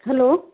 hello